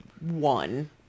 one